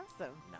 Awesome